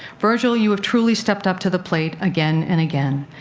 virgil, you have truly stepped up to the plate again and again.